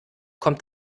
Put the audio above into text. kommt